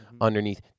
underneath